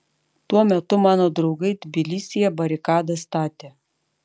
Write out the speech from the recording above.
tuo metu mano draugai tbilisyje barikadas statė